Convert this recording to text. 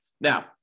Now